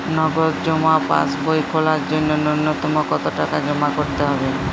নগদ জমা পাসবই খোলার জন্য নূন্যতম কতো টাকা জমা করতে হবে?